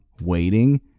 waiting